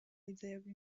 litzaioke